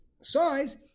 size